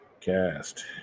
Cast